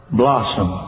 blossom